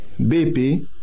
BP